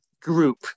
group